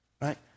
Right